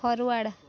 forward